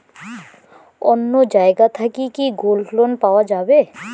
অন্য জায়গা থাকি কি গোল্ড লোন পাওয়া যাবে?